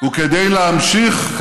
וכדי להמשיך, שעושה מה?